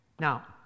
Now